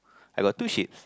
I got two shades